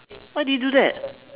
why do you do that